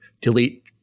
delete